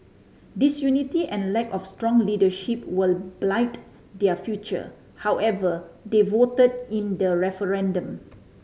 disunity and lack of strong leadership will blight their future however they voted in the referendum